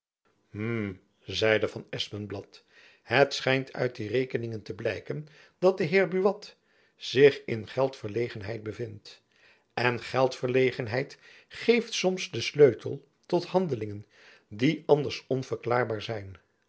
hm zeide van espenblad het schijnt uit die rekeningen te blijken dat de heer buat zich in geldjacob van lennep elizabeth musch verlegenheid bevindt en geldverlegenheid geeft soms den sleutel tot handelingen die anders onverklaarbaar zijn